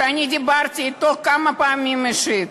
שאני דיברתי אתו כמה פעמים אישית,